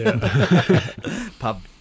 Pub